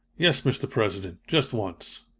yes, mr. president, just once.